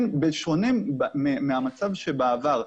בשונה מהמצב בעבר,